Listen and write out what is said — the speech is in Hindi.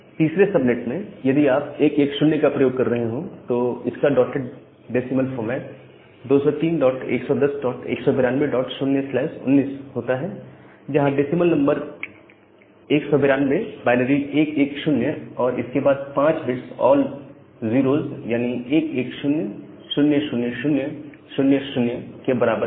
तीसरे सबनेट में यदि आप 110 का प्रयोग कर रहे हो तो इसका डॉटेड डेसिमल फॉर्मेट 203110192019 होता है जहां डेसिमल नंबर 192 बायनरी 110 और इसके बाद 5 बिट्स ऑल 0s यानी 11000000 के बराबर है